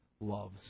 loves